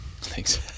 Thanks